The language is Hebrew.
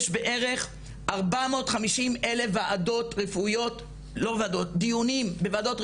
יש בערך 450 אלף דיונים בוועדות רפואיות,